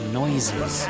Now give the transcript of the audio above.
noises